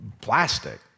plastic